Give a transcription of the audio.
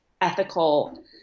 ethical